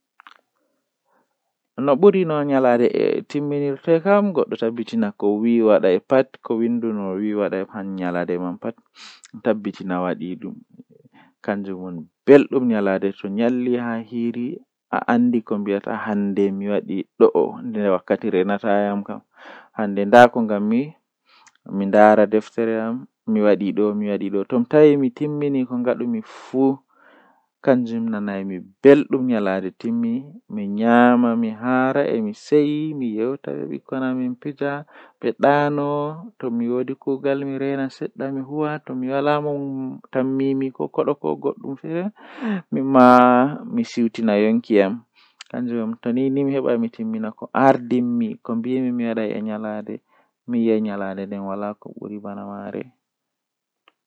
Haala jei mi yidi mi tokka wadugo haala man kanjum woni haala ceede mi waawan mi yewta haala ceede egaa fajjira haa jemma mi somata.